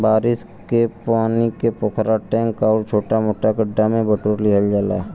बारिश के पानी के पोखरा, टैंक आउर छोटा मोटा गढ्ढा में बटोर लिहल जाला